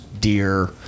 deer